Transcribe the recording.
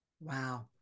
Wow